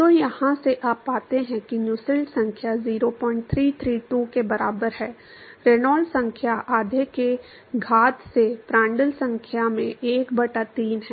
तो यहाँ से आप पाते हैं कि नुसेल्ट संख्या 0332 के बराबर है रेनॉल्ड्स संख्या आधे के घात से प्रांड्टल संख्या में 1 बटा 3 ठीक है